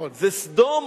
זה סדום,